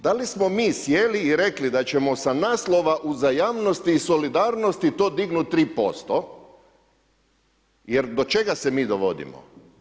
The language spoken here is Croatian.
Da li smo mi sjeli i rekli da ćemo sa naslova uzajamnosti i solidarnosti to dignut 3% jer do čega se mi dovodimo?